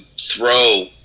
throw